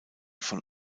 von